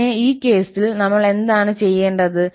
പിന്നെ ഈ കേസിൽ നമ്മൾ എന്താണ് ചെയ്യേണ്ടത്